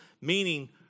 meaning